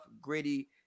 gritty